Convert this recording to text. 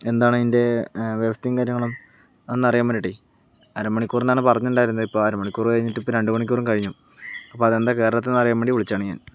എന്താണ് അതിൻ്റെ വ്യവസ്ഥയും കാര്യങ്ങളും ഒന്നറിയാൻ വേണ്ടീട്ടെയ് അര മണിക്കൂർ ന്നാണ് പറഞ്ഞ്ണ്ടായിരുന്നത് ഇപ്പോൾ അര മണിക്കൂർ കഴിഞ്ഞിട്ട് ഇപ്പോ രണ്ട് മണിക്കൂറും കഴിഞ്ഞു അപ്പോൾ അതെന്താ കേറാത്തെന്നറിയാൻ വേണ്ടി വിളിച്ചതാണ് ഞാൻ